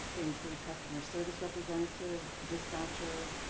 they include customer service representative, dispatcher,